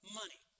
money